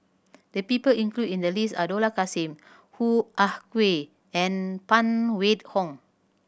the people included in the list are Dollah Kassim Hoo Ah Kay and Phan Wait Hong